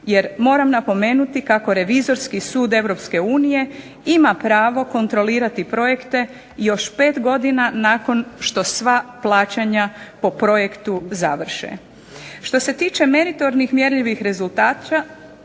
jer moram napomenuti kako revizorski sud Europske unije ima pravo kontrolirati projekte i još pet godina nakon što sva plaćanja po projektu završe. Što se tiče meritornih mjerljivih rezultata